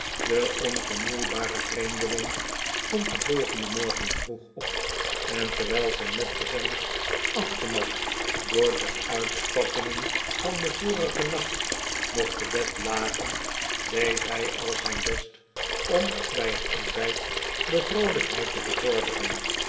de onvermoeibare vreemdeling stond den volgenden morgen vroeg op en terwijl zijn metgezellen afgemat door de uitspattingen van den vorigen nacht nog te bed lagen deed hij al zijn best om bij het ontbijt de vroolijkheid te bevorderen